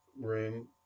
room